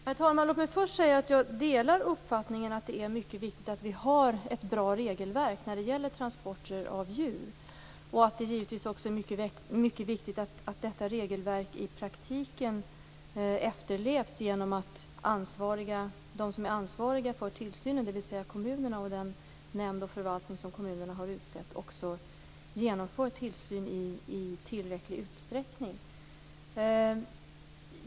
Herr talman! Låt mig först säga att jag delar uppfattningen att det är mycket viktigt att vi har ett bra regelverk när det gäller transporter av djur, och att det givetvis också är mycket viktigt att detta regelverk i praktiken efterlevs genom att de som är ansvariga för tillsynen, dvs. kommunerna och den nämnd och förvaltning som kommunerna har utsett också genomför tillsyn i tillräcklig utsträckning.